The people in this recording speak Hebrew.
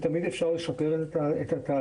תמיד אפשר לשפר את התהליך.